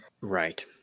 Right